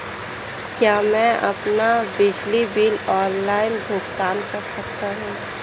क्या मैं अपना बिजली बिल ऑनलाइन भुगतान कर सकता हूँ?